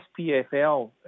SPFL